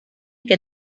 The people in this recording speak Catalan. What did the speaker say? que